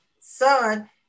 son